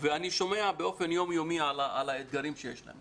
ואני שומע באופן יומיומי על האתגרים שיש להם.